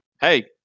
hey